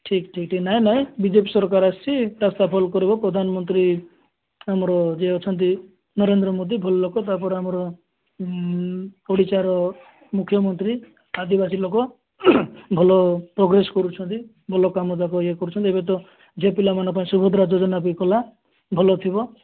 ଠିକ୍ ଠିକ୍ ନାଇ ନାଇ ବିଜେପି ସରକାର ଆସୁଛି ପ୍ରଧାନମନ୍ତ୍ରୀ ଆମର ଯିଏ ଅଛନ୍ତି ନରେନ୍ଦ୍ର ମୋଦୀ ଭଲ ଲୋକ ତାପରେ ଓଡ଼ିଶାର ମୁଖ୍ୟମନ୍ତ୍ରୀ ଆଦିବାସୀ ଲୋକ ଭଲ ପ୍ରୋଗ୍ରେସ୍ କରୁଛନ୍ତି ଭଲ କାମ ଦେବ ଇଏ କରୁଛନ୍ତି ଏବେ ତ ଝିଅ ପିଲାମାନଙ୍କ ପାଇଁ ସୁଭଦ୍ରା ଯୋଜନା ବି କଲା ଭଲ ଥିବ